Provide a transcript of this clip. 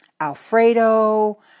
Alfredo